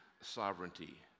sovereignty